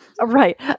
Right